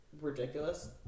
ridiculous